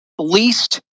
Least